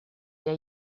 der